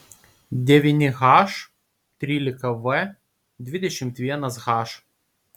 devyni h trylika v dvidešimt vienas h